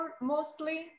mostly